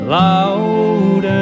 loud